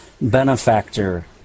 benefactor